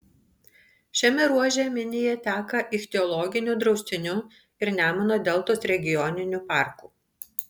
šiame ruože minija teka ichtiologiniu draustiniu ir nemuno deltos regioniniu parku